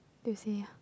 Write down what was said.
they will say